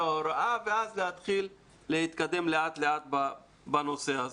ההוראה ואז להתחיל להתקדם לאט לאט בנושא הזה.